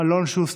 אלון שוסטר,